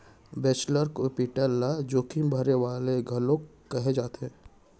venture capital ल जोखिम भरे वाले घलोक कहे जाथे